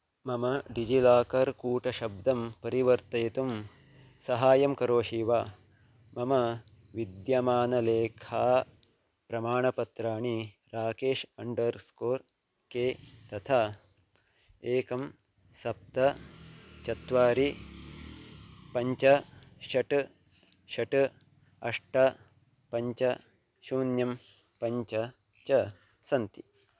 मम डिजिलाकर् कूटशब्दं परिवर्तयितुं सहायं करोषि वा मम विद्यमानलेखाप्रमाणपत्राणि राकेश् अण्डर् स्कोर् के तथा एकं सप्त चत्वारि पञ्च षट् षट् अष्ट पञ्च शून्यं पञ्च च सन्ति